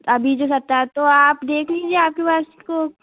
अभी जो सत्रह तो आप देख लीजिए आपके पास को